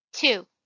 Two